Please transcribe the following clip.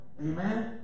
Amen